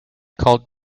called